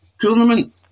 tournament